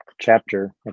chapter